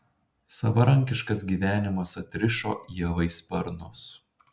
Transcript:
savarankiškas gyvenimas atrišo ievai sparnus